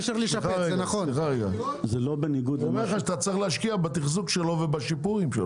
אתה צריך להשקיע בתחזוק שלו ובשיפורים שלו.